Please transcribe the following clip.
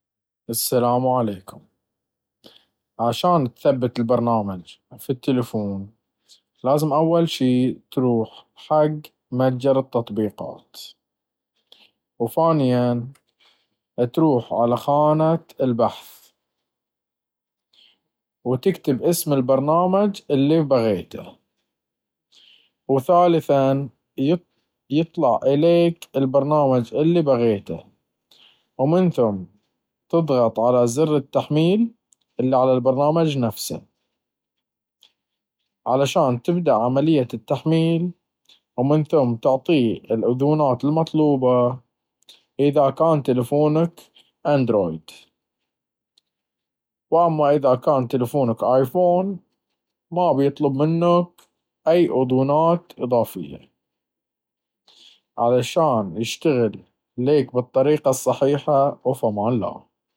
السلام عليكم. علشان تثبت البرنامج في التلفون لازم أول شي تروح حق متجر التطبيقات. وثانياً تروح على خانة البحث، وتكتب اسم البرنامج إلي بغيته. وثالثاً يط-يطلع إليك البرنامج اللي بغيته، ومن ثم تضغط على زر التحميل اللي على البرنامج نفسه. علشان تبدأ عملية التحميل ومن ثم تعطيه الأذونات المطلوبة، إذا كان تلفونك أندرويد. وأما اذا كان تلفونك أيفون ما بيطلب منك أي أذونات إضافية، علشان يشتغل ليك بالطريقة الصحيحة، وفي أمان الله.